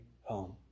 home